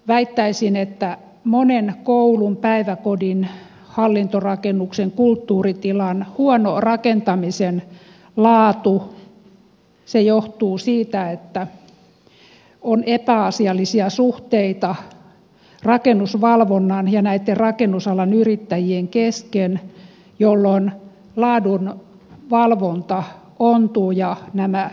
väittäisin että monen koulun päiväkodin hallintorakennuksen ja kulttuuritilan huono rakentamisen laatu johtuu siitä että on epäasiallisia suhteita rakennusvalvonnan ja rakennusalan yrittäjien kesken jolloin laadunvalvonta ontuu ja nämä ja